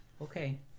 okay